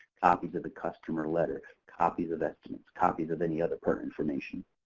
copies of the customer letter, copies of estimates, copies of any other pertinent information.